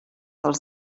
dels